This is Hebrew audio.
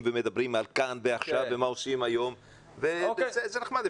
ומדברים על כאן ועכשיו ומה עושים היום ו זה נחמד,